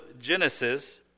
Genesis